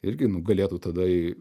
irgi nu galėtų tada į